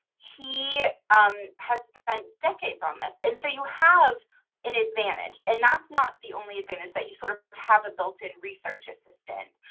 he um has spent decades on this. and so you have an advantage. and that's not the only advantage, that you sort of have a built in research assistant.